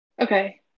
okay